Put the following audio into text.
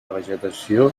vegetació